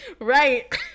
Right